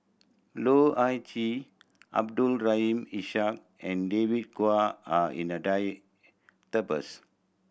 Loh Ah Chee Abdul Rahim Ishak and David Kwo are in the